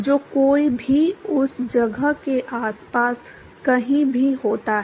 जो कोई भी उस जगह के आसपास कहीं भी होता है